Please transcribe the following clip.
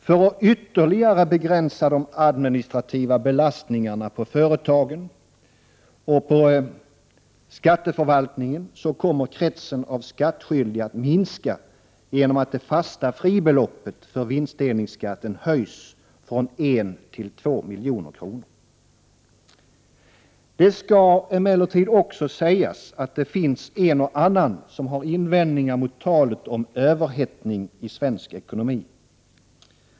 För att ytterligare begränsa de administrativa belastningarna på företagen och skatteförvaltningen kommer kretsen av skattskyldiga att minska genom att det fasta fribeloppet för vinstdelningsskatten höjs från 1 till 2 milj.kr. Det skall emellertid också sägas att det finns en och annan som har invändningar mot talet om överhettning i svensk ekonomi.